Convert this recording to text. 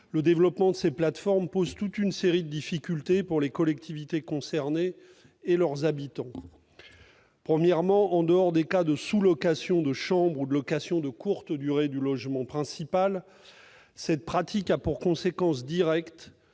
le développement de ces plateformes pose une série de difficultés aux collectivités concernées et à leurs habitants. Premièrement, en dehors des cas de sous-location de chambres ou de location de courte durée du logement principal, cette pratique a pour conséquence directe